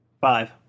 Five